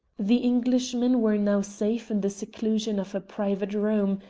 the englishmen were now safe in the seclusion of a private room,